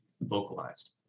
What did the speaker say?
vocalized